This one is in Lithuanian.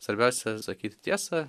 svarbiausia sakyti tiesą